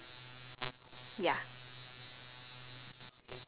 how would you design the most fun house in the world